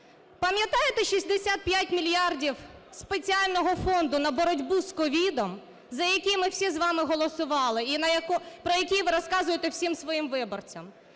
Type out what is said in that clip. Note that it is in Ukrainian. Пам'ятаєте 65 мільярдів спеціального фонду на боротьбу з COVID, за який ми всі з вами голосували і про який ви розказуєте всім своїм виборцям.